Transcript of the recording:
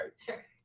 Sure